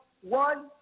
one